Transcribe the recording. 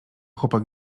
chłopak